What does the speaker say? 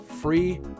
free